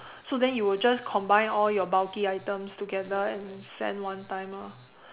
so then you will just combine all your bulky items together and send one time lah